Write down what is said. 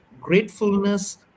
gratefulness